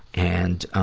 and, um,